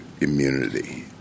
immunity